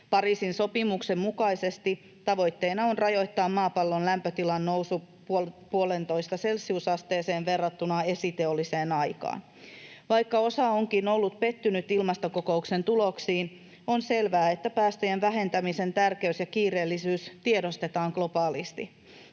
Pariisin sopimuksen mukaisesti tavoitteena on rajoittaa maapallon lämpötilan nousu 1,5 celsiusasteeseen verrattuna esiteolliseen aikaan. Vaikka osa onkin ollut pettynyt ilmastokokouksen tuloksiin, on selvää, että päästöjen vähentämisen tärkeys ja kiireellisyys tiedostetaan globaalisti.